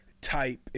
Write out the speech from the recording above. type